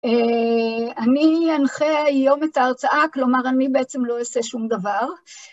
אני אנחה היום את ההרצאה, כלומר אני בעצם לא אעשה שום דבר.